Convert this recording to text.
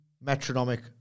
metronomic